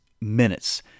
minutes